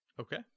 Okay